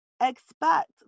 expect